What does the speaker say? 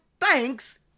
thanks